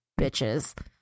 Bitches